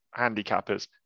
handicappers